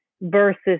versus